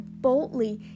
boldly